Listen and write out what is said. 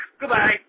Goodbye